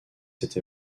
cette